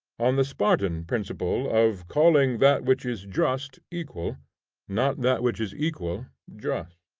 on the spartan principle of calling that which is just, equal not that which is equal, just.